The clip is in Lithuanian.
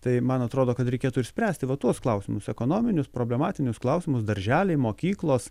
tai man atrodo kad reikėtų išspręsti va tuos klausimus ekonominius problematinius klausimus darželiai mokyklos